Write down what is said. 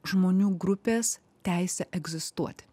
žmonių grupės teisę egzistuoti